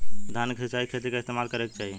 धान के सिंचाई खाती का इस्तेमाल करे के चाही?